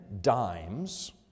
dimes